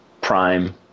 prime